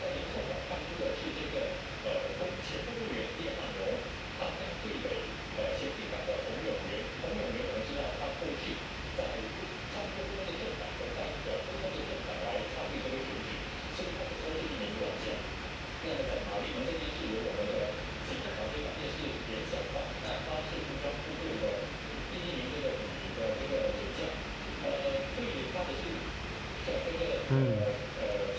mm